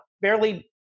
barely